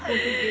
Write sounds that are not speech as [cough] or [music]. [breath]